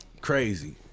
Crazy